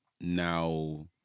now